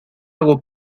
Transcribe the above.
hago